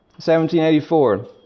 1784